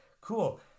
Cool